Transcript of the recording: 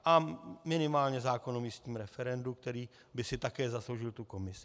A minimálně zákon o místním referendu, který by si také zasloužil tu komisi.